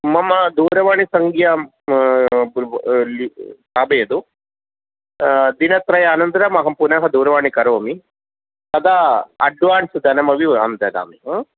मम दूरवाणीसङ्ख्यां स्थापयतु दिनत्रयानन्तरम् अहं पुनः दूरवणीं करोमि तदा अड्वान्स् धनमपि अहं ददामि